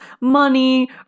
money